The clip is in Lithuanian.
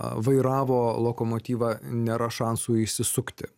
vairavo lokomotyvą nėra šansų išsisukti